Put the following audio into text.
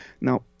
Now